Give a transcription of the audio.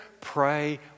Pray